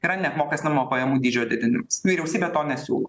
yra neapmokestinamojo pajamų dydžio didin vyriausybė to nesiūlo